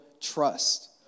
trust